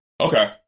Okay